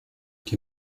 die